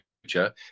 future